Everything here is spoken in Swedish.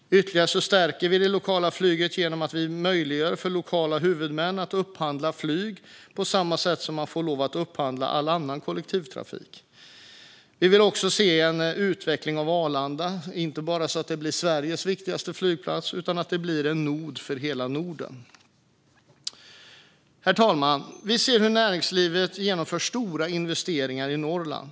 Vidare stärker vi det lokala flyget genom att möjliggöra för lokala huvudmän att upphandla flyg på samma sätt som man får lov att upphandla all annan kollektivtrafik. Vi vill också se en utveckling av Arlanda så att det inte bara blir Sveriges viktigaste flygplats utan en nod för hela Norden. Herr talman! Vi ser hur näringslivet genomför stora investeringar i Norrland.